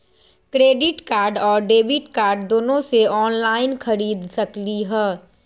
Credit card और debit card दोनों से ऑनलाइन खरीद सकली ह?